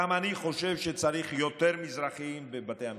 גם אני חושב שצריך יותר מזרחים בבתי המשפט.